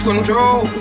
Control